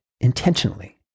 intentionally